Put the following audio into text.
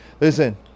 listen